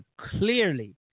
clearly